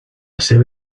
seva